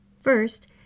First